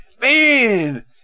man